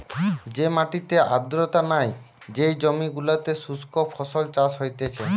যে মাটিতে আর্দ্রতা নাই, যেই জমি গুলোতে শুস্ক ফসল চাষ হতিছে